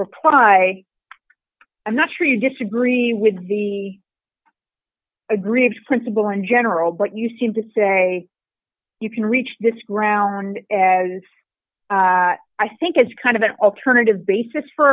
reply i'm not sure you disagree with the agree its principle in general but you seem to say you can reach this ground and i think it's kind of an alternative basis for